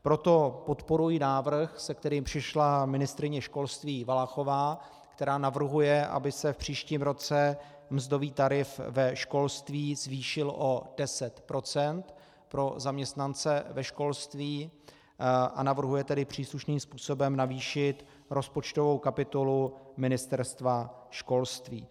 Proto podporuji návrh, se kterým přišla ministryně školství Valachová, která navrhuje, aby se v příštím roce mzdový tarif ve školství zvýšil o deset procent pro zaměstnance ve školství, a navrhuje tedy příslušným způsobem navýšit rozpočtovou kapitolu Ministerstva školství.